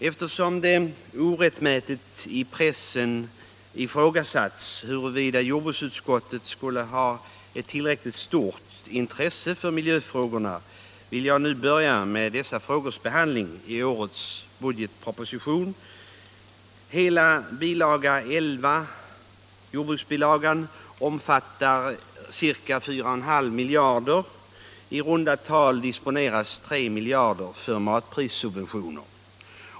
Eftersom det i pressen orättmätigt ifrågasatts huruvida jordbruksutskottet skulle ha tillräckligt stort intresse för miljöfrågorna, vill jag börja med dessa frågors behandling i årets budgetproposition. Hela bilaga 11, jordbruksbilagan, omsluter ca 4,5 miljarder kronor. I runt tal disponeras 3 miljarder för matprissubventioner.